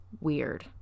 weird